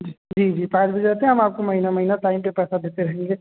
जी जी पाँच बजे रहते हैं हम आपको महीना महीना टाइम पर पैसा देते रहेंगे